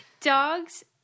Dogs